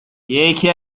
یکی